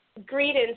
Greetings